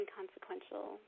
inconsequential